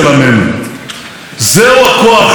זהו הכוח שהקים אותנו מעפר,